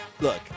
Look